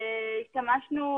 השתמשנו